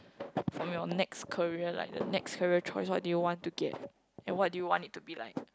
from your next career like the next career choice what do you want to get and what do you want it to be like